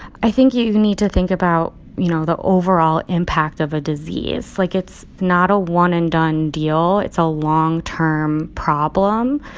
i think you need to think about, you know, the overall impact of a disease. like, it's not a one-and-done deal. it's a long-term problem.